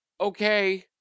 okay